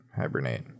Hibernate